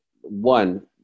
one